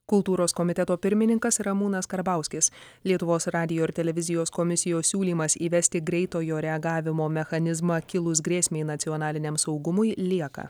kultūros komiteto pirmininkas ramūnas karbauskis lietuvos radijo ir televizijos komisijos siūlymas įvesti greitojo reagavimo mechanizmą kilus grėsmei nacionaliniam saugumui lieka